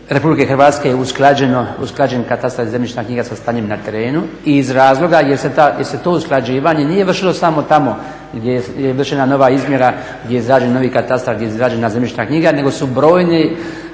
Republike Hrvatske je usklađen katastar i zemljišna knjiga sa stanjem na terenu iz razloga jer se to usklađivanje nije vršilo samo tamo gdje je vršena nova izmjera, gdje je izrađen novi katastar, gdje je izrađena zemljišna knjiga nego su brojne